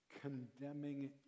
condemning